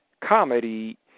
comedy